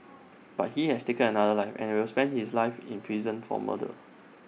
but he has taken another life and will spend his life in prison for murder